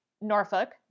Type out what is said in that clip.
norfolk